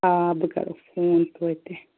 آ بہٕ کَرَو فون توتہِ